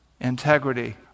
Integrity